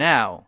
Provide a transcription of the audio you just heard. Now